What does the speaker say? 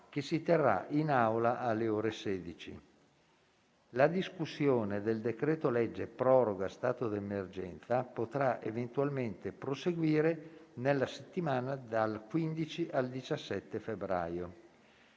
che si terrà in Aula alle ore 16. La discussione del decreto-legge proroga stato di emergenza potrà eventualmente proseguire nella settimana dal 15 al 17 febbraio.